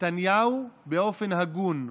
נתניהו באופן הגון,